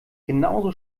genauso